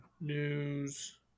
news